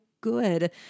good